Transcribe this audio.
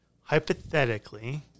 hypothetically